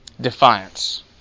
Defiance